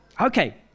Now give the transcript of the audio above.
Okay